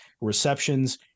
receptions